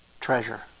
treasure